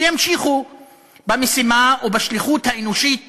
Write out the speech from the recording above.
שימשיכו במשימה ובשליחות האנושית